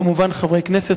כמובן חברי כנסת,